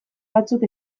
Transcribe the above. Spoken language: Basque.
batzuk